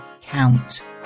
count